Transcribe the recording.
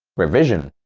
revision,